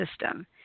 system